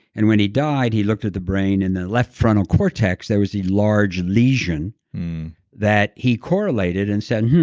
and when he died, he looked at the brain. in the left frontal cortex, there was a large lesion that he correlated and said,